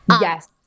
Yes